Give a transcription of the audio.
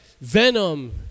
venom